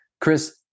Chris